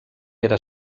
era